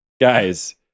guys